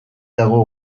dago